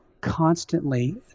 constantly